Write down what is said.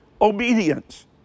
obedience